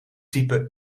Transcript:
type